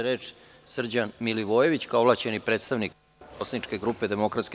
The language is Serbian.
Reč ima Srđan Milivojević, kao ovlašćeni predstavnik poslaničke grupe DS.